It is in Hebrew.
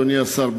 אדוני השר,